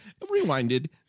rewinded